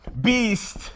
beast